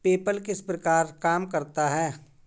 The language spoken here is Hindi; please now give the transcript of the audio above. पेपल किस प्रकार काम करता है?